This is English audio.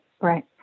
right